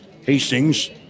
Hastings